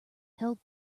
held